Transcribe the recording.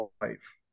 life